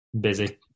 Busy